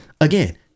Again